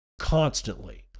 constantly